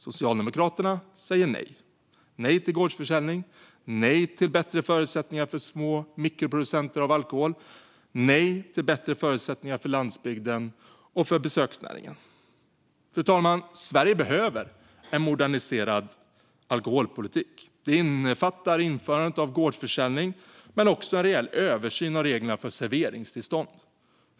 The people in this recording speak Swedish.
Socialdemokraterna säger nej. Det är nej till gårdsförsäljning, nej till bättre förutsättningar för små mikroproducenter av alkohol samt nej till bättre förutsättningar för landsbygden och besöksnäringen. Fru talman! Sverige behöver en moderniserad alkoholpolitik. Det innefattar införandet av gårdsförsäljning men också en rejäl översyn av reglerna för serveringstillstånd.